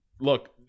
look